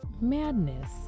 madness